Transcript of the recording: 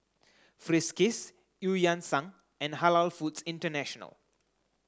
Friskies Eu Yan Sang and Halal Foods International